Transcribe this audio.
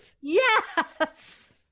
Yes